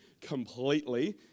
completely